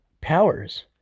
powers